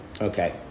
Okay